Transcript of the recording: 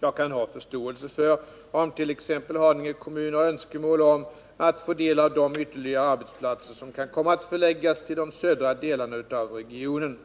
Jag kan ha förståelse för om t.ex. Haninge kommun har önskemål om att få del av de ytterligare arbetsplatser som kan komma att förläggas till de södra delarna av regionen.